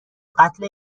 قتل